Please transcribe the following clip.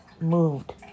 moved